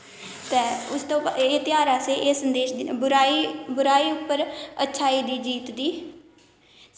ते उसदे एह् ध्यार अस एह् संदेश बुराई बुराई उप्पर अच्छाई दी जीत दी